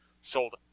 sold